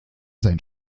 sein